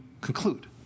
conclude